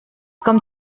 kommt